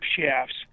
shafts